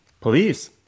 Please